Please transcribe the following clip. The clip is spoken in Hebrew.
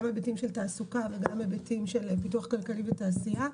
גם היבטים של תעסוקה וגם היבטים של פיתוח כלכלי ותעשייה,